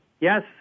Yes